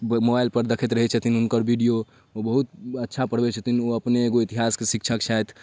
मोबाइलपर देखैत रहै छथिन हुनकर वीडिओ बहुत अच्छा पढ़बै छथिन ओ अपने एगो इतिहासके शिक्षक छथि